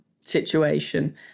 situation